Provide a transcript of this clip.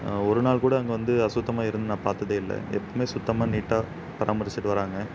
ஒரு நாள் கூட அங்கே வந்து அசுத்தமாக இருந்து நான் பார்த்ததே இல்லை எப்பவுமே சுத்தமாக நீட்டாக பராமரிச்சுட்டு வராங்க